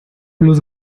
los